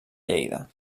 lleida